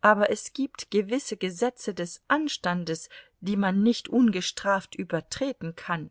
aber es gibt gewisse gesetze des anstandes die man nicht ungestraft übertreten kann